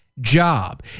job